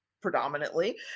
predominantly